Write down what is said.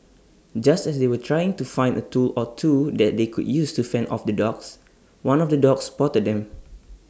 just as they were trying to find A tool or two that they could use to fend off the dogs one of the dogs spotted them